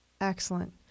Excellent